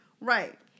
Right